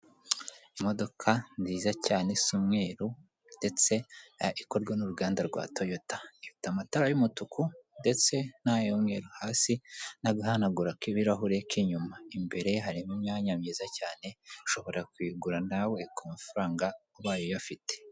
Imodoka nziza cyane isa umweru ndetse ikorwa n'uruganda rwa Toyota, ifite amatara y'umutuku ndetse n'ay'umweru hasi n'agahanagura k'ibirahure k'inyuma, imbere harimo imyanya myiza cyane ushobora kuyigura nawe ku mafaranga ubaye uyafite.